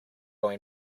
was